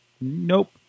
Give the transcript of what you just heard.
Nope